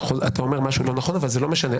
אתה אומר משהו לא נכון אבל זה לא משנה.